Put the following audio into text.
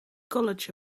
college